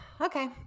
Okay